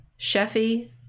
Sheffy